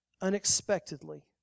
unexpectedly